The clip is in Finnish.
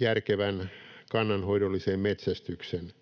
järkevän kannanhoidollisen metsästyksen,